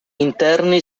interni